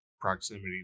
proximity